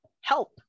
help